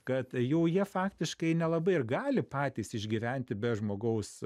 kad jau jie faktiškai nelabai ir gali patys išgyventi be žmogaus